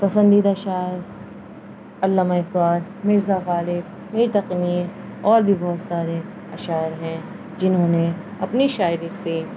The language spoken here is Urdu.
پسندیدہ شاعر علامہ اقبال مرزا غالب میر تقی میر اور بھی بہت سارے شاعر ہیں جنہوں نے اپنی شاعری سے